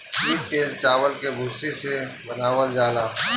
इ तेल चावल के भूसी से बनावल जाला